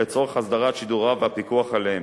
לצורך הסדרת שידוריו והפיקוח עליהם,